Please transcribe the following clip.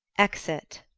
exit